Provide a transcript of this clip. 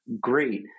Great